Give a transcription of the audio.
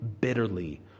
bitterly